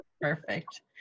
perfect